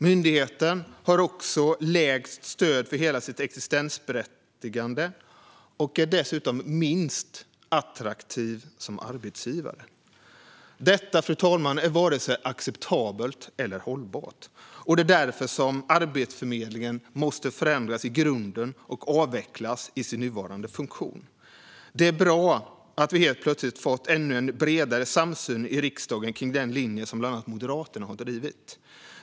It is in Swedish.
Myndigheten har också lägst stöd för hela sitt existensberättigande och är dessutom minst attraktiv som arbetsgivare. Detta, fru talman, är varken acceptabelt eller hållbart. Det är därför som Arbetsförmedlingen måste förändras i grunden och avvecklas i sin nuvarande funktion. Det är bra att vi helt plötsligt har fått en ännu bredare samsyn i riksdagen kring den linje som bland annat Moderaterna har drivit.